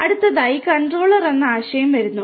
അടുത്തതായി കൺട്രോളർ എന്ന ആശയം വരുന്നു